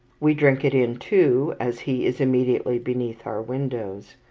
we drink it in, too, as he is immediately beneath our windows.